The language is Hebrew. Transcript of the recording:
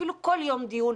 אפילו כל יום דיון,